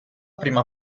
prima